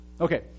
Okay